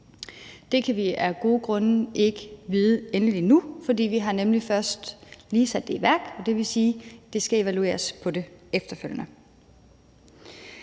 Det kan vi af gode grunde ikke vide endeligt endnu, for vi har nemlig først lige sat det i værk, og det vil sige, at der skal evalueres på det efterfølgende.